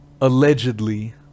allegedly